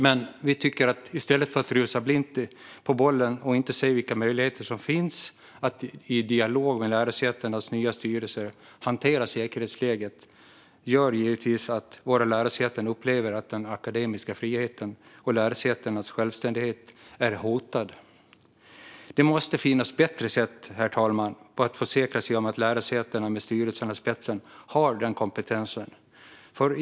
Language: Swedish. Men i stället för att rusa blint på bollen tycker vi att man ska se vilka möjligheter som finns att i dialog med lärosätenas nya styrelser hantera säkerhetsläget. Annars leder det givetvis till att våra lärosäten upplever att den akademiska friheten och lärosätenas självständighet är hotade. Det måste finnas bättre sätt att försäkra sig om att lärosätena med styrelserna i spetsen har den kompetens som krävs.